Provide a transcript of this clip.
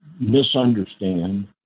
misunderstand